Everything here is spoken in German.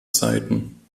zeiten